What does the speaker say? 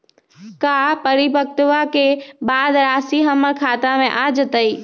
का परिपक्वता के बाद राशि हमर खाता में आ जतई?